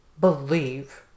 believe